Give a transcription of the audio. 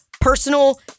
personal